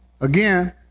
Again